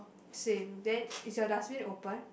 same then is your dustbin open